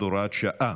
הוראת שעה,